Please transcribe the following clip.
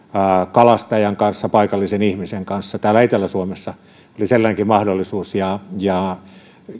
kalastajan kanssa paikallisen ihmisen kanssa täällä etelä suomessa oli sellainenkin mahdollisuus ja ja